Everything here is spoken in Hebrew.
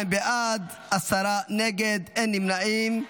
32 בעד, עשרה נגד, אין נמנעים.